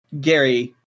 Gary